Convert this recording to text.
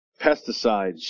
pesticides